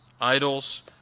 Idols